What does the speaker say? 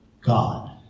God